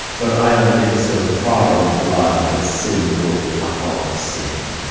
but i am in so far in blood that sin will pluck on sin